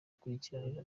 gukurikirana